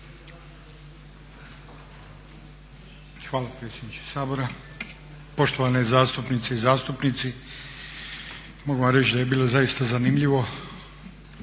Hvala predsjedniče Sabora, poštovane zastupnice i zastupnici. Mogu vam reći da je bilo zaista zanimljivo,